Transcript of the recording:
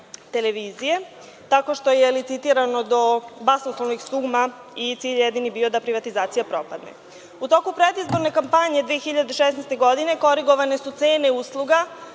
televizije tako što je licitirano do basnoslovnih suma i cilj jedini je bio da privatizacija propadne.U toku predizborne kampanje 2016. godine korigovane su cene usluga,